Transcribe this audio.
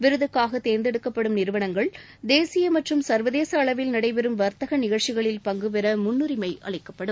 விருதக்காக தேர்ந்தெடுக்கப்படும் நிறுவனங்கள் தேசிய மற்றம் சர்வதேச அளவில் நடைபெறும் வர்த்தக நிகழ்ச்சிகளில் பங்குபெற முன்னுரிமை அளிக்கப்படும்